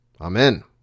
Amen